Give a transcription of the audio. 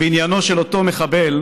בעניינו של אותו מחבל,